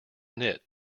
knit